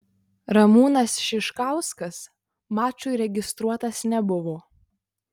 ramūnas šiškauskas mačui registruotas nebuvo